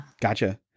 Gotcha